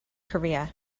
korea